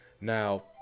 now